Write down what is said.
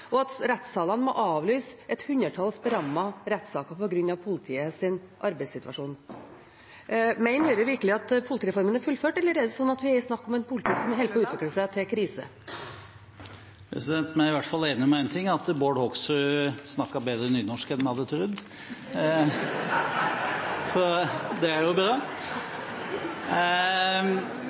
krise – at rettssalene må avlyse et hundretalls berammede rettssaker på grunn av politiets arbeidssituasjon. Mener Høyre virkelig at politireformen er fullført, eller er det slik at det er snakk om en politikk som holder på å utvikle seg til en krise? Vi er i hvert fall enige om én ting – at Bård Hoksrud snakker bedre nynorsk enn vi hadde trodd . Det er jo bra.